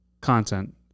content